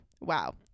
Wow